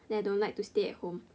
then I don't like to stay at home